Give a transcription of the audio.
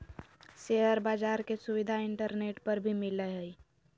share बाज़ार के सुविधा इंटरनेट पर भी मिलय हइ